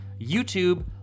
YouTube